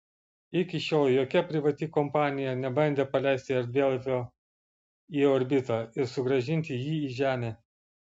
iki šiol jokia privati kompanija nebandė paleisti erdvėlaivio į orbitą ir sugrąžinti jį į žemę